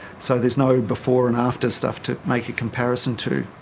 so there's no before and after stuff to make a comparison to.